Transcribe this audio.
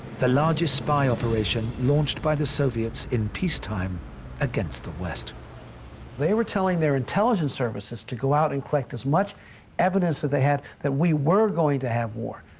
the largest spy operation launched by the soviets in peacetime against the west. major they were telling their intelligence services to go out and collect as much evidence that they had that we were going to have war.